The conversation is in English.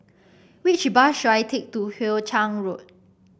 which bus should I take to Hoe Chiang Road